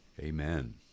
Amen